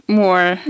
more